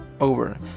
over